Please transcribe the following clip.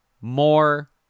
more